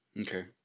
Okay